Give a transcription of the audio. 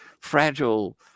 fragile